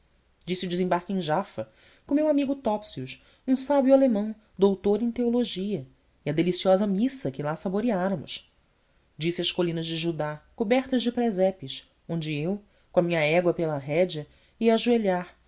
disse o desembarque em jafa com o meu amigo topsius um sábio alemão doutor em teologia e a deliciosa missa que lá saboreáramos disse as colinas de judá cobertas de presepes onde eu com a minha égua pela rédea ia ajoelhar